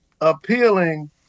appealing